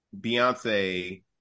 beyonce